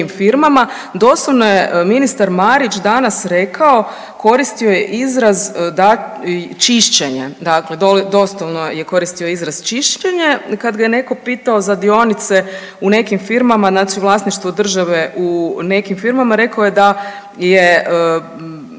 u nekim firmama. Doslovno je ministar Marić danas rekao, koristio je izraz čišćenja, dakle doslovno je koristio izraz čišćenja kad ga je netko pitao za dionice u nekim firmama, znači vlasništvo države u nekim firmama, rekao je da je